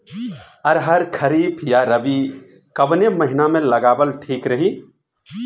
अरहर खरीफ या रबी कवने महीना में लगावल ठीक रही?